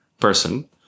person